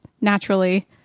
naturally